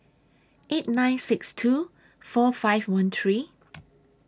eight nine six two four five one three